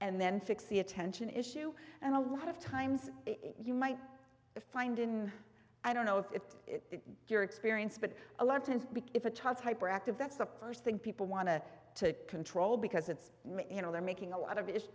and then fix the attention issue and a lot of times you might find in i don't know if you're experience but a lot of times if a child's hyperactive that's the first thing people want to to control because it's you know they're making a lot of it is